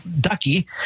Ducky